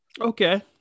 Okay